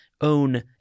own